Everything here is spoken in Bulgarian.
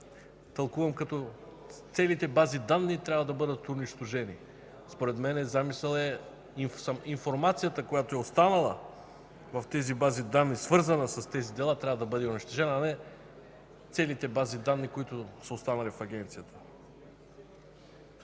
тълкувам, че целите бази данни трябва да бъдат унищожени. Според мен замисълът е – информацията, която е останала в тези бази данни, свързана с тези дела, трябва да бъде унищожена, а не целите бази данни, които са останали в Агенцията.